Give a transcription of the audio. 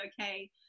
okay